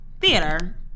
theater